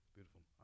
Beautiful